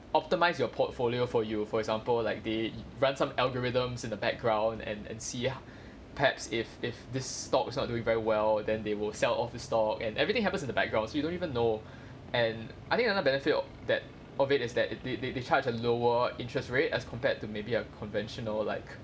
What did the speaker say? optimise your portfolio for you for example like they run some algorithms in the background and and see perhaps if if this stock is not doing very well then they will sell off this stock and everything happens in the background so you don't even know and I think another benefit that of it is that it they they they charge a lower interest rate as compared to maybe a conventional like